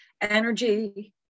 energy